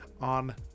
on